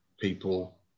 people